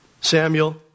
Samuel